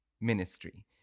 ministry